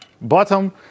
bottom